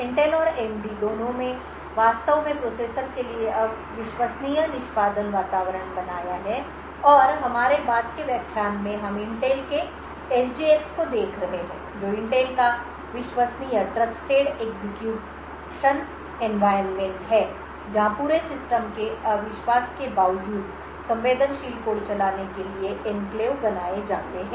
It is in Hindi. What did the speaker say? इंटेल और एएमडी दोनों ने वास्तव में प्रोसेसर के लिए विश्वसनीय निष्पादन वातावरण बनाया है और हमारे बाद के व्याख्यान में हम इंटेल के एसजीएक्स को देख रहे हैं जो इंटेल का विश्वसनीय निष्पादन वातावरण है जहां पूरे सिस्टम के अविश्वास के बावजूद संवेदनशील कोड चलाने के लिए एन्क्लेव बनाए जाते हैं